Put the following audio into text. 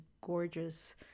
gorgeous